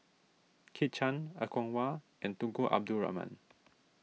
Kit Chan Er Kwong Wah and Tunku Abdul Rahman